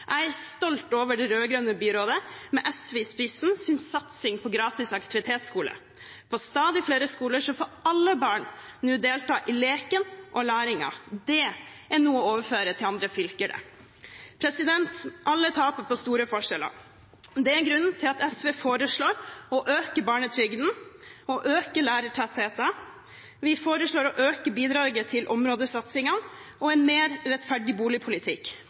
Jeg er stolt over satsingen fra det rød-grønne byrådet, med SV i spissen, på gratis aktivitetsskole. På stadig flere skoler får alle barn nå delta i leken og læringen. Det er noe å overføre til andre fylker. Alle taper på store forskjeller, det er grunnen til at SV foreslår å øke barnetrygden og øke lærertettheten. Vi foreslår å øke bidraget til områdesatsingen og en mer rettferdig boligpolitikk.